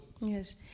Yes